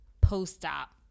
post-op